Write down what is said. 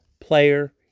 player